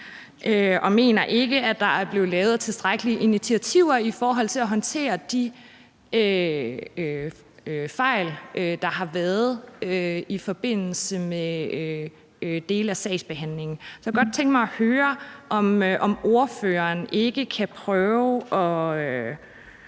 og mener ikke, at der er blevet lavet tilstrækkelige initiativer i forhold til at håndtere de fejl, der har været i forbindelse med dele af sagsbehandlingen. Jeg kunne godt tænke mig at høre, om ordføreren ikke kan prøve at